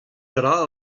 dra